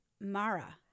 Mara